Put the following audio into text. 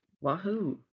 Wahoo